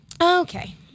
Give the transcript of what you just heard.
Okay